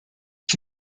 ich